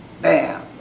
Bam